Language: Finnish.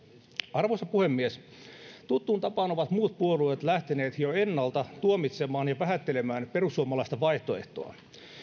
arvoisa puhemies tuttuun tapaan ovat muut puolueet lähteneet jo ennalta tuomitsemaan ja vähättelemään perussuomalaista vaihtoehtoa